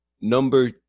number